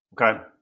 okay